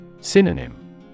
Synonym